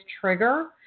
trigger